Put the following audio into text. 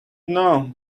know